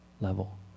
level